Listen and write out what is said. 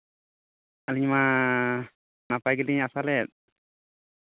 ᱟᱞᱤᱧ ᱢᱟ ᱱᱟᱯᱟᱭ ᱜᱮᱞᱤᱧ ᱟᱥᱟ ᱞᱮᱫ